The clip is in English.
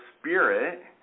spirit